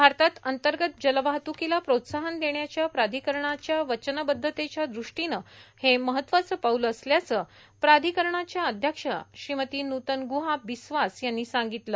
भारतात अंतर्गत जलवाहत्रकीला प्रोत्साहन देण्याच्या प्राधिकरणाच्या वचनबद्धतेच्या दृष्टीनं हे महत्वाचं पाऊल असल्याचं प्राधिकरणाच्या अध्यक्ष श्रीमती नूतन ग्रहा बिस्वास यांनी सांगितलं